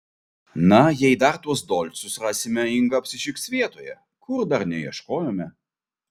na jei dar tuos dolcus rasime inga apsišiks vietoje kur dar neieškojome